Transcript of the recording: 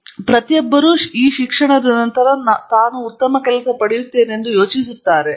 ಆದ್ದರಿಂದ ಪ್ರತಿಯೊಬ್ಬರೂ ಇದರ ನಂತರ ನಾನು ಉತ್ತಮ ಕೆಲಸ ಪಡೆಯುತ್ತಾನೆಂದು ಯೋಚಿಸುತ್ತಾರೆ